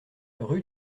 rue